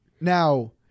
Now